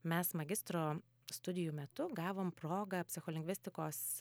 mes magistro studijų metu gavom progą psicholingvistikos